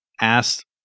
asked